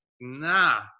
nah